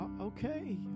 Okay